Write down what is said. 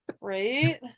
Right